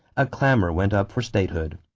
a clamor went up for statehood.